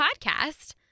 podcast